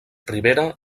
rivera